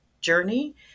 journey